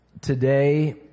today